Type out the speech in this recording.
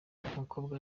umukobwa